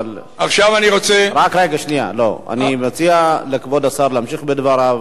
אני מציע לכבוד השר להמשיך בדבריו.